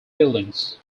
buildings